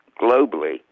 globally